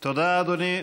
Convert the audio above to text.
תודה, אדוני.